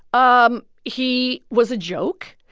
um he was a joke.